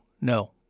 no